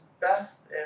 best